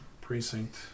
Precinct